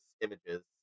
images